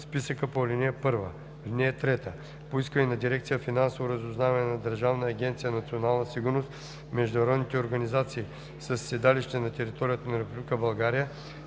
списъка по ал. 1. (3) По искане на дирекция „Финансово разузнаване“ на Държавна агенция „Национална сигурност“, международните организации със седалище на територията на Република България,